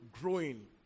growing